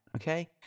okay